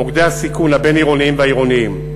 מוקדי הסיכון הבין-עירוניים והעירוניים.